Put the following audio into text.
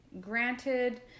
Granted